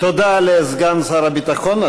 תודה לסגן שר הביטחון.